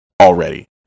already